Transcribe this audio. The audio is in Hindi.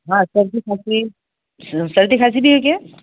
हाँ सर्दी खांसी सर्दी खांसी भी है क्या